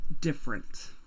different